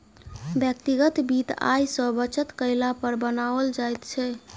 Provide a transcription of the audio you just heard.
व्यक्तिगत वित्त आय सॅ बचत कयला पर बनाओल जाइत छै